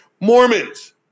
Mormons